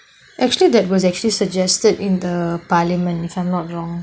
actually that was actually suggested in the parliament if I'm not wrong